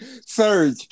Surge